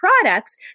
products